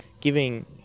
giving